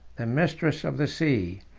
the mistress of the sea,